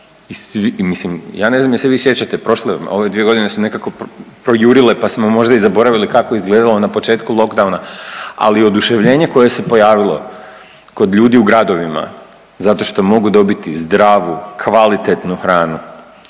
ja ne znam jel se vi sjećate prošle, ove dvije godine su nekako projurile pa smo možda i zaboravili kako je izgledalo na početku lockdowna, ali oduševljenje koje se pojavilo kod ljudi u gradovima zato što mogu dobiti zdravu, kvalitetnu hranu,